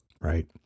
Right